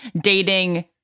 dating